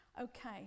Okay